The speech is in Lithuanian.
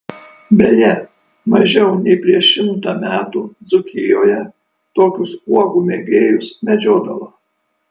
beje mažiau nei prieš šimtą metų dzūkijoje tokius uogų mėgėjus medžiodavo